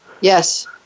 Yes